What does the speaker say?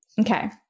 Okay